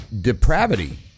depravity